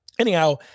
anyhow